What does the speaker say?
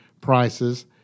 prices